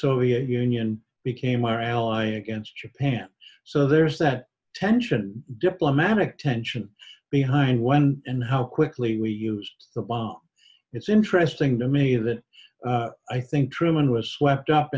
soviet union became our ally against japan so there's that tension diplomatic tension behind when and how quickly we used the bomb it's interesting to me that i think truman was swept up